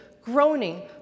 groaning